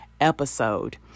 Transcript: episode